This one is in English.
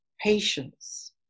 patience